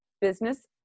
business